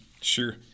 Sure